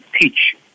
teach